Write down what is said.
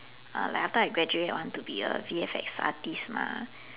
uh like after I graduate I want to be a V_F_X artist mah